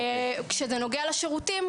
כשזה נוגע לשירותים,